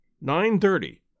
nine-thirty